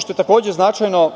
što je, takođe značajno,